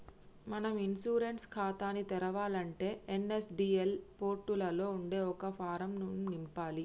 మనం ఇన్సూరెన్స్ ఖాతాని తెరవాలంటే ఎన్.ఎస్.డి.ఎల్ పోర్టులలో ఉండే ఒక ఫారం ను నింపాలి